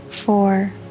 four